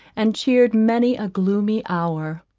and cheered many a gloomy hour.